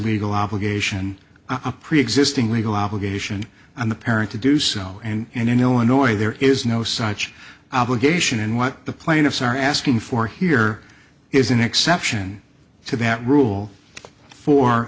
legal obligation a preexisting legal obligation on the parent to do so and in illinois there is no such obligation and what the plaintiffs are asking for here is an exception to that rule for